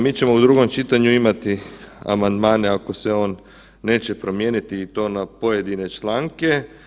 Mi ćemo u drugom čitanju imati amandmane ako se on neće promijeniti i to na pojedine članke.